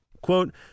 quote